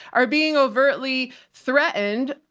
are being overtly threatened.